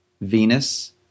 Venus